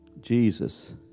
Jesus